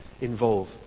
involve